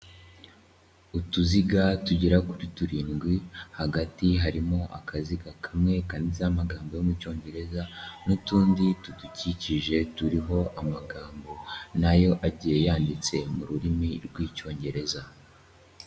Utuziga tugera kuri turindwi, hagati harimo akaziga kamwe, kanditseho amagambo yo mu cyongereza n'utundi tudukikije turiho amagambo nayo agiye yanditse mu rurimi rw'icyongereza.